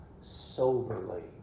Soberly